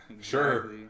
Sure